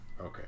Okay